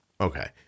Okay